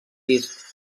disc